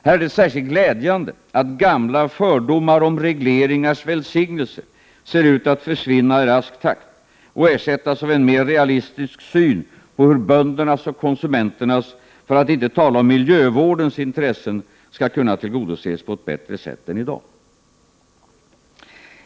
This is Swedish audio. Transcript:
Här är det särskilt glädjande att gamla fördomar om regleringars välsignelse ser ut att försvinna i rask takt och ersättas av en mer realistisk syn på hur böndernas och konsumenternas, för att inte tala om miljövårdens, intressen skall kunna tillgodoses på ett bättre sätt än i dag.